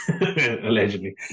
allegedly